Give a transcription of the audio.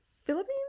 philippines